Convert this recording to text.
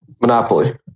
Monopoly